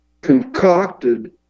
concocted